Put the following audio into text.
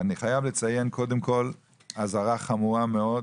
ואני חייב לציין קודם כל אזהרה חמורה מאוד,